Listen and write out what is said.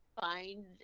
find